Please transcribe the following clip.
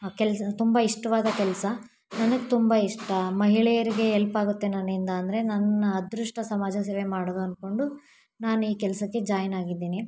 ಕೆಲಸ ತುಂಬ ಇಷ್ಟವಾದ ಕೆಲಸ ನನಗೆ ತುಂಬ ಇಷ್ಟ ಮಹಿಳೆಯರಿಗೆ ಎಲ್ಪಾಗುತ್ತೆ ನನ್ನಿಂದ ಅಂದರೆ ನನ್ನ ಅದೃಷ್ಟ ಸಮಾಜ ಸೇವೆ ಮಾಡೋದು ಅಂದ್ಕೊಂಡು ನಾನು ಈ ಕೆಲಸಕ್ಕೆ ಜಾಯ್ನ್ ಆಗಿದ್ದೀನಿ